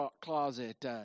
closet